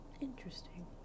interesting